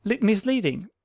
misleading